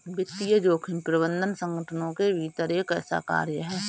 वित्तीय जोखिम प्रबंधन संगठनों के भीतर एक ऐसा कार्य है